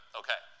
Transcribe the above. okay